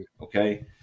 okay